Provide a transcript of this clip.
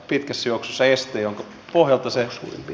pitäs jossa este jonka pohjalta se usko